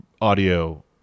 audio